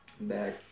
back